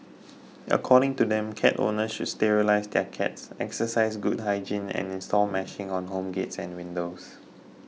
according to them cat owners should sterilise their cats exercise good hygiene and install meshing on home gates and windows